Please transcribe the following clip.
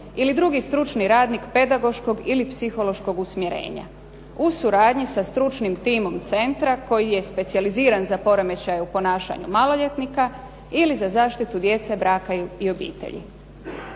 ili drugi stručni radnik pedagoškog ili psihološkog usmjerenja u suradnji sa stručnim timom centra koji je dspecijaliziran za poremećaje u ponašanju maloljetnika ili zaštitu djece, braka i obitelji.